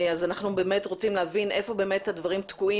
אז אנחנו באמת רוצים להבין איפה הדברים תקועים